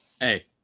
Hey